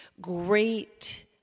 great